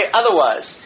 otherwise